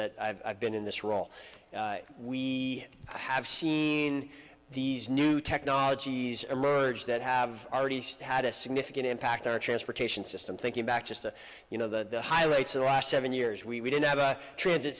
that i've been in this role we have seen these new technologies emerge that have already had a significant impact our transportation system thinking back to you know the high rates of the last seven years we didn't have a transit